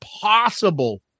possible